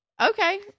Okay